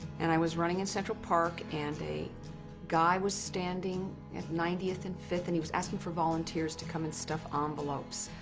and i was running in central park, and a guy was standing at ninetieth and fifth, and he was asking for volunteers to come and stuff um envelopes.